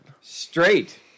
Straight